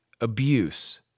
abuse